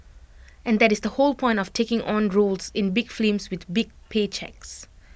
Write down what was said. and that is the whole point of taking on roles in big films with big pay cheques